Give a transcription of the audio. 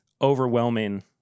overwhelming